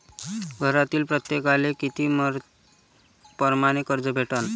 घरातील प्रत्येकाले किती परमाने कर्ज भेटन?